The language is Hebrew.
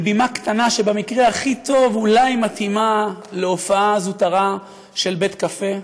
עם בימה קטנה שבמקרה הכי טוב אולי מתאימה להופעה זוטרה של בית-קפה,